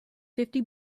fifty